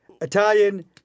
Italian